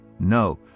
No